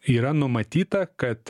yra numatyta kad